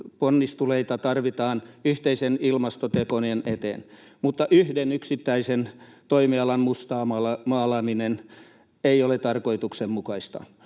ponnisteluita tarvitaan yhteisten ilmastotekojen eteen, mutta yhden yksittäisen toimialan mustamaalaaminen ei ole tarkoituksenmukaista.